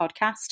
podcast